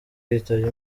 yitabye